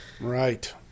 Right